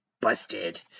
Busted